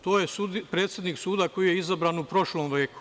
To je predsednik suda koji je izabran u prošlom veku.